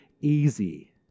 easy